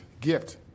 gift